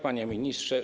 Panie Ministrze!